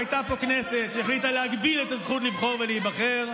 אז הייתה פה כנסת שהחליטה להגביל את הזכות לבחור ולהיבחר,